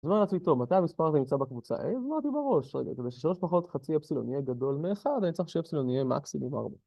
אז מה נעשו איתו, מתי המספר הזה נמצא בקבוצה A? זכרתי בראש, רגע, זה משהו שלוש פחות, חצי Epsilon יהיה גדול מאחד, אני צריך שEpsilon יהיה מקסימום ארבע.